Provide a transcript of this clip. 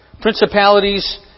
Principalities